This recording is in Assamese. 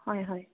হয় হয়